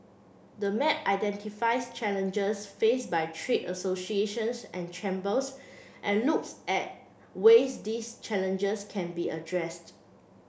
the map identifies challenges faced by trade associations and chambers and looks at ways these challenges can be addressed